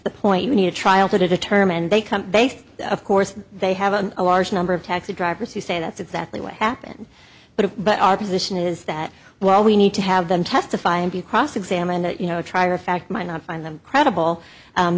the point you need a trial to determine they come based of course they have a large number of taxi drivers who say that's exactly what happened but but our position is that well we need to have them testify and be cross examined that you know a trier of fact might not find them credible